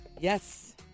Yes